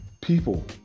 People